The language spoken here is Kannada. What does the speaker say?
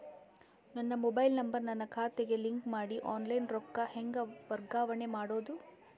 ನನ್ನ ಮೊಬೈಲ್ ನಂಬರ್ ನನ್ನ ಖಾತೆಗೆ ಲಿಂಕ್ ಮಾಡಿ ಆನ್ಲೈನ್ ರೊಕ್ಕ ಹೆಂಗ ವರ್ಗಾವಣೆ ಮಾಡೋದು?